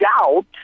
doubt